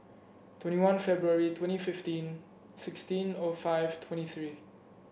twenty one February twenty fifteen sixteen O five twenty three